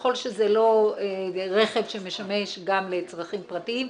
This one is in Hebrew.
ככל שזה לא רכב שמשמש גם לצרכים פרטיים,